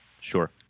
Sure